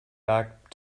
back